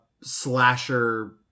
slasher